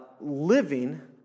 living